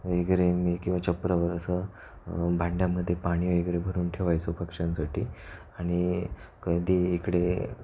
वगैरे मी किंवा छप्परावर असं भांड्यामध्ये पाणी वगैरे भरून ठेवायचं पक्ष्यांसाठी आणि कधी इकडे